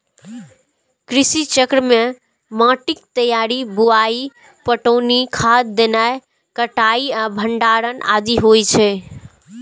कृषि चक्र मे माटिक तैयारी, बुआई, पटौनी, खाद देनाय, कटाइ आ भंडारण आदि होइ छै